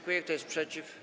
Kto jest przeciw?